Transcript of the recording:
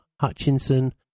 Hutchinson